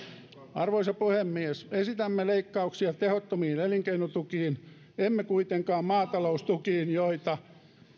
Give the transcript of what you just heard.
arvoisa puhemies esitämme leikkauksia tehottomiin elinkeinotukiin emme kuitenkaan maataloustukiin joita